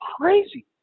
crazy